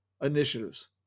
initiatives